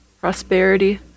prosperity